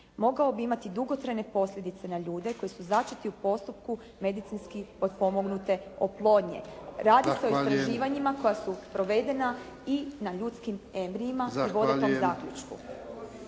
mogao bi imati dugotrajne posljedice na ljude koji su začeti u postupku medicinski potpomognute oplodnje. Radi se o istraživanjima koja su provedena i na ljudskim embrijima i vode tom zaključku.